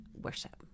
worship